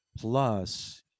plus